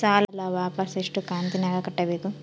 ಸಾಲ ವಾಪಸ್ ಎಷ್ಟು ಕಂತಿನ್ಯಾಗ ಕಟ್ಟಬೇಕು?